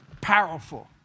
Powerful